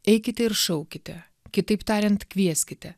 eikite ir šaukite kitaip tariant kvieskite